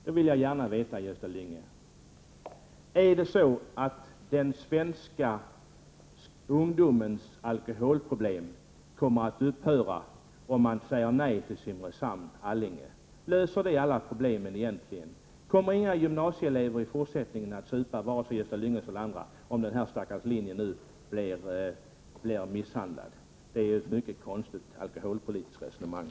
Då vill jag gärna veta, Gösta Lyngå: Är det så att den svenska ungdomens alkoholproblem kommer att upphöra om man säger nej till Simrishamn-Allinge? Löser det egentligen alla problem? Kommer i fortsätt ningen inga gymnasieelever — vare sig Gösta Lyngås barn eller några andra — att supa, om den här stackars linjen nu blir misshandlad? Det är ju ett mycket konstigt alkoholpolitiskt resonemang.